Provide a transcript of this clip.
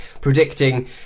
predicting